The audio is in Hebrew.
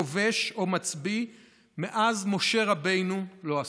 כובש או מצביא מאז משה רבנו לא עשה.